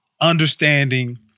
understanding